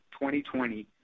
2020